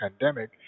pandemic